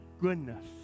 goodness